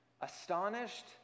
astonished